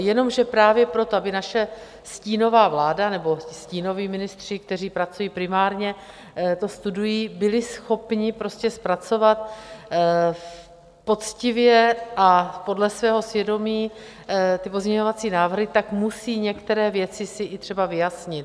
Jenomže právě proto, aby naše stínová vláda nebo stínoví ministři, kteří pracují, primárně to studují, byli schopni zpracovat poctivě a podle svého svědomí ty pozměňovací návrhy, tak musí některé věci si i třeba vyjasnit.